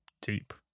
deep